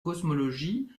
cosmologie